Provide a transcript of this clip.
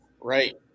Right